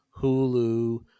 hulu